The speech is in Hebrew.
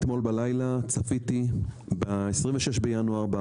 אתמול בלילה צפיתי בדיון הקודם מה-26 בינואר.